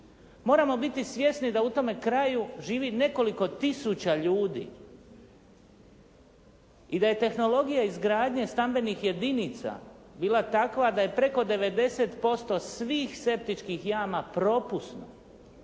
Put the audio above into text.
Moramo biti svjesni da u tome kraju živi nekoliko tisuća ljudi i da je tehnologija izgradnje stambenih jedinica bila takva da je preko 90% svih septičkih jama propusno